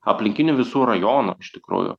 aplinkinių visų rajonų iš tikrųjų